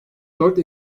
dört